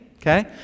okay